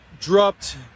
dropped